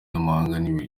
n’amahanga